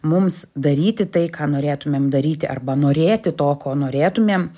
mums daryti tai ką norėtumėm daryti arba norėti to ko norėtumėm